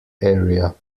area